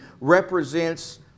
represents